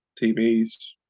TVs